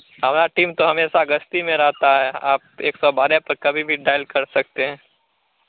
हमारा टीम तो हमेशा गस्ती में रहता है आप एक सौ बारह पर कभी भी डायल कर सकते हैं